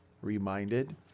reminded